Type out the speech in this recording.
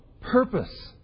purpose